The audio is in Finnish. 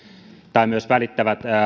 tai välittävät